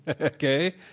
okay